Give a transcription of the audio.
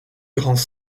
grands